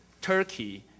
Turkey